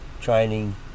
training